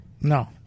No